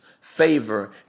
favor